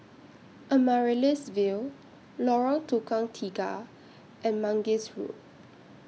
Amaryllis Ville Lorong Tukang Tiga and Mangis Road